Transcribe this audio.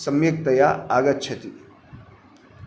सम्यक्तया आगच्छति